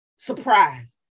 Surprise